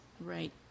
Right